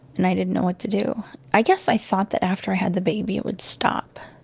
and i didn't know what to do. i guess i thought that after i had the baby, it would stop.